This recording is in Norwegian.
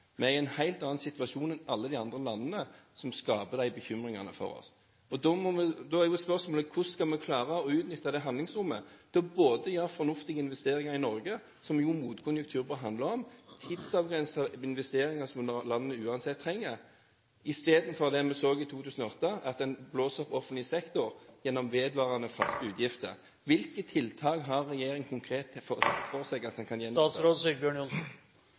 Vi er i en helt annen situasjon enn alle de andre landene som skaper disse bekymringene for oss. Da er spørsmålet: Hvordan skal vi klare å utnytte det handlingsrommet til å gjøre fornuftige investeringer i Norge, som motkonjunktur jo bør handle om – tidsavgrensede investeringer som landet uansett trenger – istedenfor det vi så i 2008, at en blåser opp offentlig sektor gjennom vedvarende faste utgifter? Hvilke tiltak ser regjeringen konkret for seg at en kan